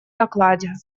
докладе